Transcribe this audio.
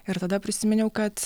ir tada prisiminiau kad